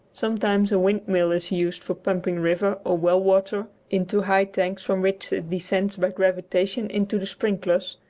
sometimes a windmill is used for pumping river or well-water into high tanks from which it descends by gravitation into the sprinklers,